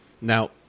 Now